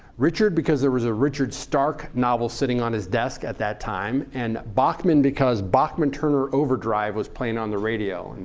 richard because there was a richard stark novel sitting on his desk at that time, and bachman because bachman-turner overdrive was playing on the radio.